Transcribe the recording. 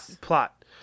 Plot